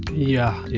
yeah, yeah.